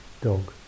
dog